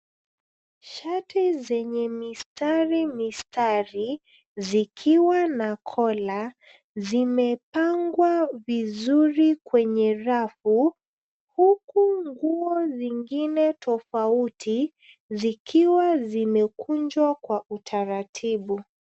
Shati zenye mistari mistari, zikiwa na kola zimepangwa vizuri kwenye rafu huku nguo zengine tofauti zikiwa zimekunjwa kwa utaratibu.